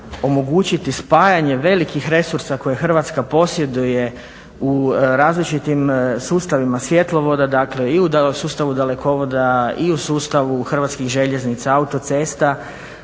omogućiti spajanje velikih resursa koje Hrvatska posjeduje u različitim sustavima svjetlovoda dakle i u sustavu dalekovoda i u sustavu Hrvatskih željeznica, autocesta,